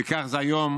וכך זה היום.